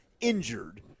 injured